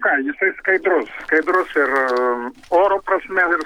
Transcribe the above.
ką jisai skaidrus skaidrus ir oro prasme ir